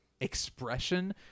expression